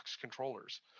controllers